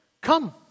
come